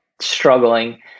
struggling